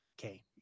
Okay